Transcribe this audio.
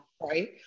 Right